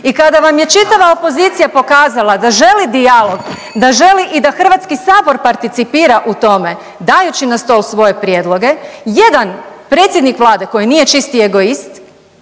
I kada vam je čitava opozicija pokazala da želi dijalog, da želi i da HS participira u tome dajući na stol svoje prijedloge, jedan predsjednik Vlade koji nije čisti egoist